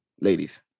ladies